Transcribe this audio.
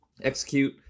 execute